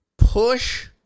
Push